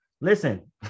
Listen